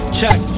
check